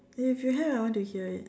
if you have I want to hear it